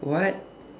what